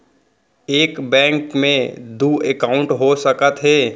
एक बैंक में दू एकाउंट हो सकत हे?